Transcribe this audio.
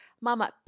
mama